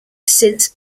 since